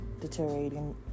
deteriorating